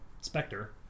Spectre